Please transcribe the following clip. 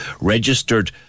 registered